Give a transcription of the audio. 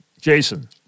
Jason